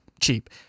cheap